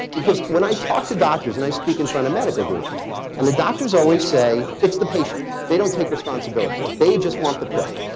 because when i talk to doctors and i speak in front of medical groups and the doctors always say it's the patient. they don't take responsibility. they just want the pill.